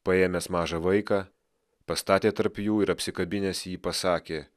paėmęs mažą vaiką pastatė tarp jų ir apsikabinęs jį pasakė